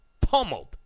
Pummeled